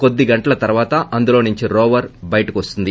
కోద్దిగంటల తర్వాత అందులో నుంచి రోవర్ బయటకు వస్తుంది